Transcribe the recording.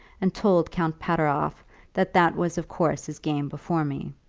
and told count pateroff that that was of course his game before me.